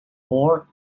war